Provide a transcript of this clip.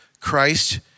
Christ